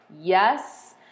Yes